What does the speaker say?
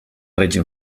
règim